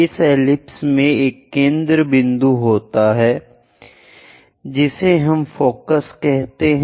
इस एलिप्स में एक केंद्र बिंदु होता है जिसे हम फोकस कहते हैं